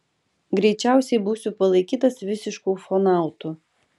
greičiausiai būsiu palaikytas visišku ufonautu